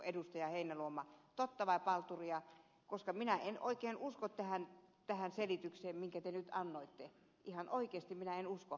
heinäluoma totta vai palturia koska minä en oikein usko tähän selitykseen minkä te nyt annoitte ihan oikeasti minä en usko